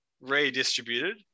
Redistributed